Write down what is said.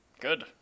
Good